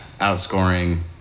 Outscoring